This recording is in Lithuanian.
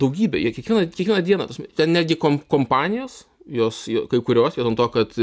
daugybė jie kiekvieną kiekvieną dieną ta prasme ten netgi com kompanijos jos kai kurios vien dėl to kad